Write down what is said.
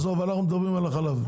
עזוב, אנחנו מדברים על החלב.